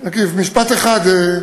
טוב, רק משפט אחד.